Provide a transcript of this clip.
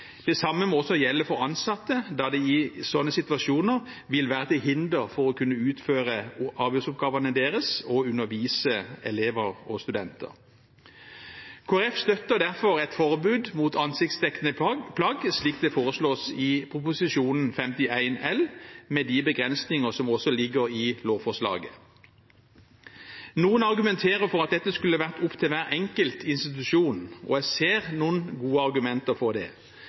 Det samme må også gjelde for ansatte i situasjoner der det vil være til hinder for at de skal kunne utføre arbeidsoppgavene sine – undervise elever og studenter. Kristelig Folkeparti støtter derfor et forbud mot ansiktsdekkende plagg, slik det foreslås i Prop. 51 L, med de begrensinger som også ligger i lovforslaget. Noen argumenterer for at dette skulle vært opp til hver enkelt institusjon, og jeg ser noen gode argumenter for det.